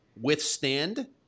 withstand